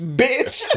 bitch